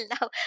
now